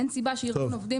אין סיבה שארגון עובדים